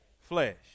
flesh